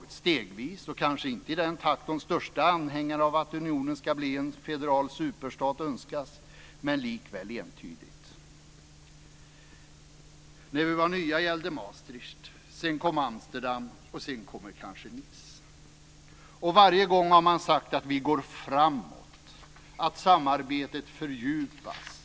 Det sker stegvis och kanske inte i den takt som de största anhängarna av att unionen ska bli en federal superstat önskar. Likväl är det entydigt. När vi var nya gällde Maastricht. Sedan kom Amsterdam. Sedan kommer kanske Nice. Varje gång har man sagt att vi går framåt, att samarbetet fördjupas.